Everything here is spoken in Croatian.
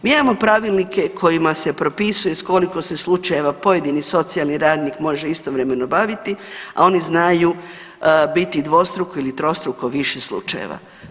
Mi imamo pravilnike kojima se propisuje sa koliko se slučajeva pojedini socijalni radni, može istovremeno baviti a oni znaju biti dvostruko ili trostruko više slučajeva.